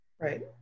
Right